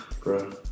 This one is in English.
bro